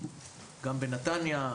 גם בנתניה,